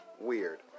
weird